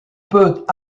peut